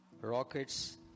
rockets